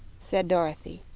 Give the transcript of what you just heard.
said dorothy.